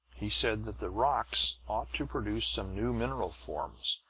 he said that the rocks ought to produce some new mineral forms,